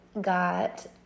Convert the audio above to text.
got